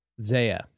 Zaya